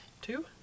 two